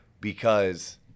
because-